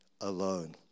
alone